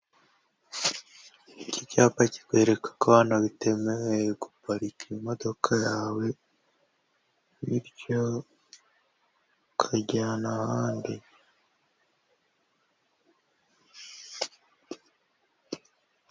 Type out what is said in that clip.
Iki cyapa kikwereka ko hano bitemewe guparika imodoka yawe bityo ukajyana ahandi.